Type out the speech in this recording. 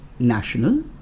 National